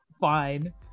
fine